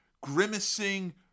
grimacing